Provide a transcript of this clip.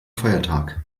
feiertag